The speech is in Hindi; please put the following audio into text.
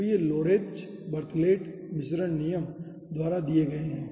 तो ये लोरेंत्ज़ बर्थेलॉट मिश्रण नियम द्वारा दिए गए हैं